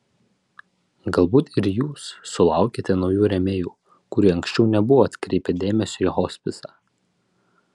galbūt ir jūs sulaukėte naujų rėmėjų kurie anksčiau nebuvo atkreipę dėmesio į hospisą